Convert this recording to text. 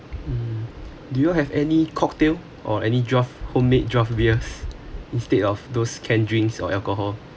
mm do you all have any cocktail or any draught homemade draught beers instead of those canned drinks or alcohol